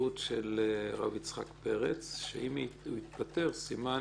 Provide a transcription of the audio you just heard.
ההתפטרות של הרב יצחק פרץ, שאם הוא התפטר סימן